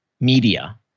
media